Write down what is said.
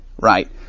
right